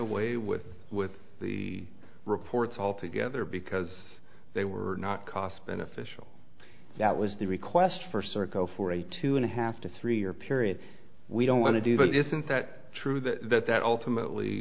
away with with the reports altogether because they were not cost beneficial that was the request for serco for a two and a half to three year period we don't want to do but isn't that true that that ultimately